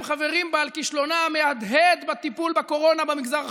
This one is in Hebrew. חברים בה על כישלונה המהדהד בטיפול בקורונה במגזר החרדי.